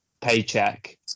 paycheck